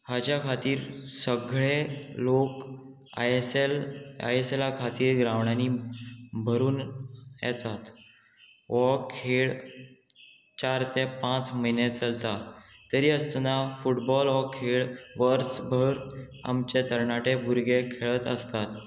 हाच्या खातीर सगळे लोक I S L I S एला खातीर ग्रावंडांनी भरून येतात हो खेळ चार ते पांच म्हयने चलता तरी आसतना फुटबॉल हो खेळ वर्सभर आमचे तरणाटे भुरगे खेळत आसतात